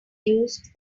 used